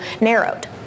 narrowed